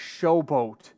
showboat